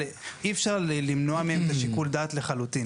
אבל אי אפשר למנוע מהם את שיקול הדעת לחלוטין.